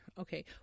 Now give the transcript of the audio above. Okay